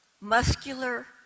muscular